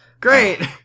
great